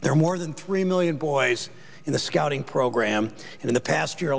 there are more than three million boys in the scouting program and in the past year